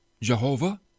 Jehovah